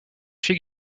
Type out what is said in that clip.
fit